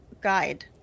guide